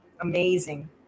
Amazing